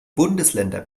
bundesländer